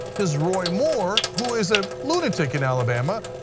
because roy moore, who is a lunatic in alabama,